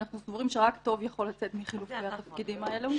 אנחנו סבורים שרק טוב יכול לצאת מחילופי התפקידים האלה.